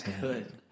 good